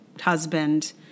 husband